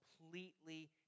completely